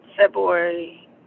February